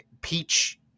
peach